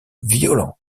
violents